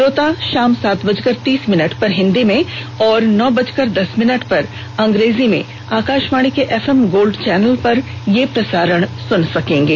श्रोता शाम सात बजकर तीस मिनट पर हिंदी में और नौ बजकर दस मिनट पर अंग्रेजी में आकाशवाणी के एफ एम गोल्ड पर यह प्रसारण सुन सकेंगे